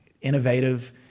innovative